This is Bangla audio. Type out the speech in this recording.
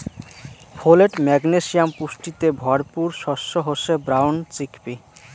ফোলেট, ম্যাগনেসিয়াম পুষ্টিতে ভরপুর শস্য হসে ব্রাউন চিকপি